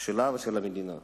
שלה ושל המדינה.